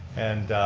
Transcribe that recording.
and.